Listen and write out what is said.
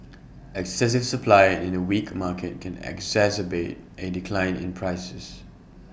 excessive supply in A weak market can exacerbate A decline in prices